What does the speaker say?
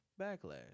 backlash